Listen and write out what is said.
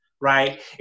right